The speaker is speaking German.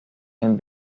ein